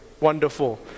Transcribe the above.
Wonderful